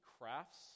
crafts